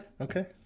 Okay